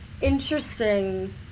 interesting